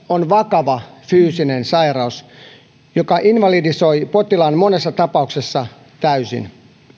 on vakava fyysinen sairaus joka invalidisoi potilaan monessa tapauksessa täysin